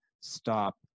Stop